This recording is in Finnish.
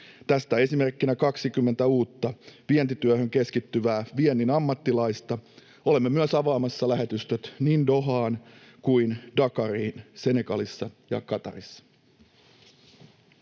Tästä on esimerkkinä 20 uutta vientityöhön keskittyvää viennin ammattilaista. Olemme myös avaamassa lähetystöt niin Dohaan Qatarissa kuin Dakariin Senegalissa.